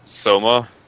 Soma